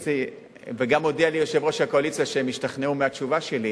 גם הודיע לי יושב-ראש הקואליציה שהם השתכנעו מהתשובה שלי.